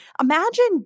Imagine